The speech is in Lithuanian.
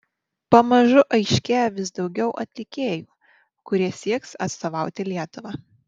pamažu aiškėja vis daugiau atlikėjų kurie sieks atstovauti lietuvą